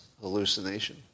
hallucination